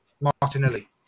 Martinelli